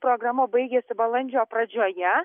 programa baigiasi balandžio pradžioje